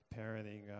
parenting